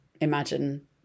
imagine